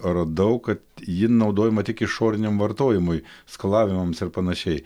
radau kad ji naudojama tik išoriniam vartojimui skalavimams ir panašiai